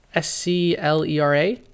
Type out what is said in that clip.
Sclera